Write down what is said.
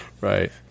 Right